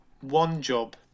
one-job